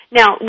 Now